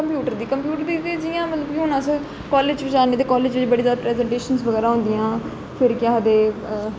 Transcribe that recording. computer दी computer दी ते जियां मतलब कि हून अस काॅलेज बी जन्ने ते काॅलेज च बड़ी ज्यादा प्रजैंटेशन बैगरा होंदियां फिर केह् आखदे